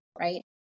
Right